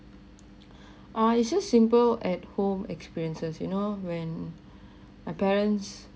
oh it's just simple at home experiences you know when my parents